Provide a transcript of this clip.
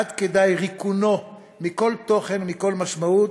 עד כדי ריקונו מכל תוכן ומכל משמעות,